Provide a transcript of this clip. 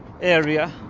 area